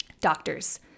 Doctors